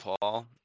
Paul